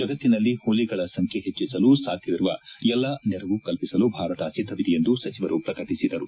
ಜಗತ್ತಿನಲ್ಲಿ ಹುಲಿಗಳ ಸಂಬ್ನೆ ಹೆಚ್ಚಿಸಲು ಸಾಧ್ಯವಿರುವ ಎಲ್ಲಾ ನೆರವು ಕಲ್ಪಿಸಲು ಭಾರತ ಸಿದ್ದವಿದೆ ಎಂದು ಸಚಿವರು ಪ್ರಕಟಿಸಿದರು